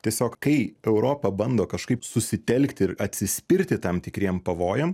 tiesiog kai europa bando kažkaip susitelkti ir atsispirti tam tikriem pavojam